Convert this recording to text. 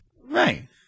Right